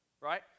Right